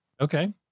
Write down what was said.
Okay